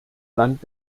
land